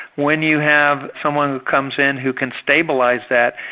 when you have someone comes in who can stabilise that,